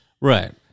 Right